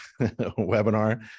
webinar